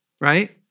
right